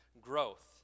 growth